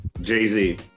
Jay-Z